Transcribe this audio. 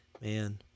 Man